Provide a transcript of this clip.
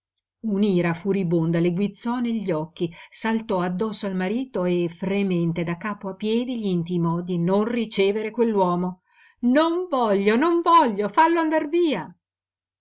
un'ira furibonda le guizzò negli occhi saltò addosso al marito e fremente da capo a piedi gl'intimò di non ricevere quell'uomo non voglio non voglio fallo andar via